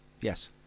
Yes